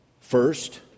First